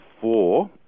four